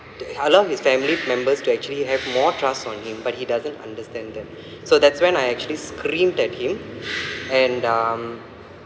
allow his family members to actually have more trust on him but he doesn't understand that so that's when I actually screamed at him and um